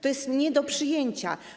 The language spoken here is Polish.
To jest nie do przyjęcia.